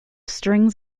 strings